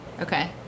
Okay